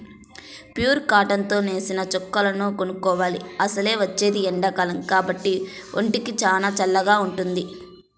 pure cotton తో నేసిన చొక్కాలను కొనుక్కోవాలి, అసలే వచ్చేది ఎండాకాలం కాబట్టి ఒంటికి చానా చల్లగా వుంటది